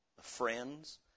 Friends